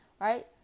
right